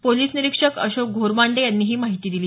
police निरिक्षक अशोक घोरबांडे यांनी ही माहिती दिली